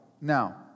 Now